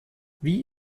wie